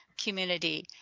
community